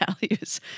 values